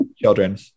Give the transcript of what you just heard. children